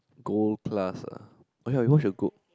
gold class ah oh ya we watch it gold